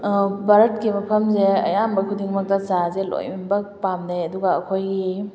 ꯚꯥꯔꯠꯀꯤ ꯃꯐꯝꯁꯦ ꯑꯌꯥꯝꯕ ꯈꯨꯗꯤꯡꯃꯛꯇ ꯆꯥꯁꯦ ꯂꯣꯏꯅꯃꯛ ꯄꯥꯝꯅꯩ ꯑꯗꯨꯒ ꯑꯩꯈꯣꯏꯒꯤ